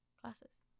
classes